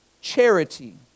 charity